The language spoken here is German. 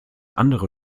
andere